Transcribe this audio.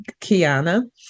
Kiana